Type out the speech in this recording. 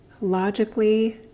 logically